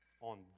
on